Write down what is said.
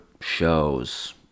shows